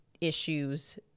issues